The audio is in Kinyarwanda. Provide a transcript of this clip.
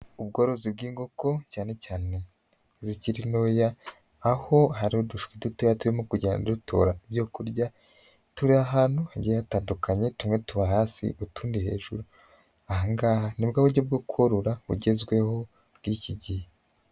Ubworozi bw'inkoko cyane cyane zikiri ntoya, aho hari uducu duto turimo kugenda dutora ibyo kurya, turi ahantu hagiye hatandukanye tumwe tuba hasi, utundi hejuru ahangaha nibwo buryo bwo korora bugezweho bw'iki gihe.